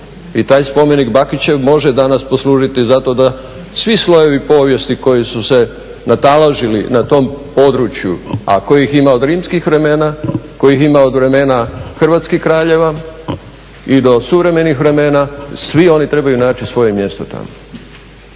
I taj spomenik Bakićev može danas poslužiti za to da svi slojevi povijesti koji su se nataložili na tom području, a kojih ima od rimskih vremena, kojih ima od vremena hrvatskih kraljeva i do suvremenih vremena svi oni trebaju naći svoje mjesto tamo.